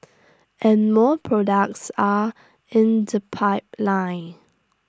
and more products are in the pipeline